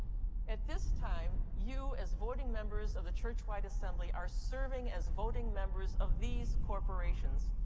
at this time, you, as voting members of the churchwide assembly, are serving as voting members of these corporations.